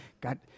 God